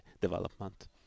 development